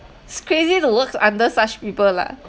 it's crazy to work under such people lah